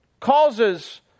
Causes